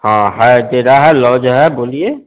हाँ है है लाॅज है बोलिए